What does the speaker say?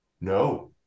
no